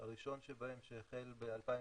הראשון שבהם שהחל ב-2011,